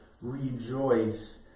rejoice